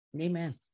Amen